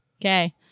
Okay